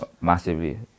Massively